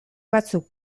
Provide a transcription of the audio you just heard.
batzuk